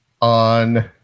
on